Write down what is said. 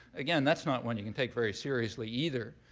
again, that's not one you can take very seriously, either.